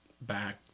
back